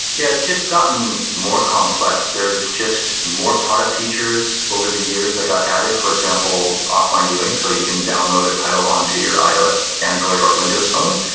yeah, it's just gotten more complex. there's just more product features over the years that got added. for example, offline viewing so you can download a title on to your ios, android or windows phone.